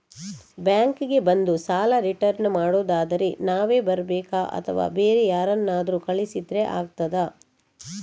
Bank ಗೆ ಬಂದು ಸಾಲ ರಿಟರ್ನ್ ಮಾಡುದಾದ್ರೆ ನಾವೇ ಬರ್ಬೇಕಾ ಅಥವಾ ಬೇರೆ ಯಾರನ್ನಾದ್ರೂ ಕಳಿಸಿದ್ರೆ ಆಗ್ತದಾ?